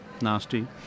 Nasty